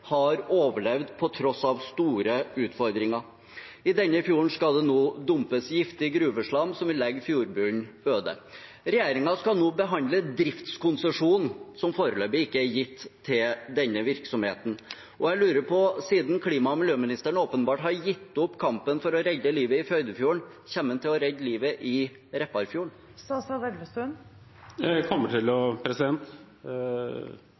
har overlevd på tross av store utfordringer. I denne fjorden skal det nå dumpes giftig gruveslam, som vil legge fjordbunnen øde. Regjeringen skal nå behandle driftskonsesjonen, som foreløpig ikke er gitt til denne virksomheten. Siden klima- og miljøministeren åpenbart har gitt opp kampen for å redde livet i Førdefjorden, lurer jeg på om han kommer til å redde livet i Repparfjorden. Vi kommer til